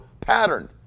pattern